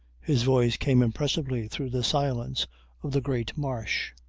his voice came impressively through the silence of the great marsh.